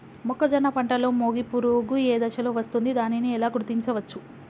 మొక్కజొన్న పంటలో మొగి పురుగు ఏ దశలో వస్తుంది? దానిని ఎలా గుర్తించవచ్చు?